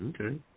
okay